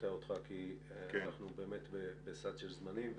קוטע אותך כי אנחנו באמת בסד של זמנים,